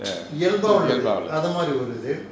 இயல்பா உள்ளது அந்த மாரி ஒரு இது:iyalbaa ullathu antha maari oru ithu